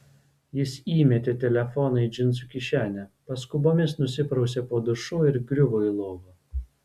jis įmetė telefoną į džinsų kišenę paskubomis nusiprausė po dušu ir griuvo į lovą